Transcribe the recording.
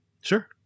Sure